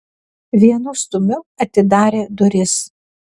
vienu stūmiu atidarė duris